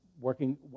working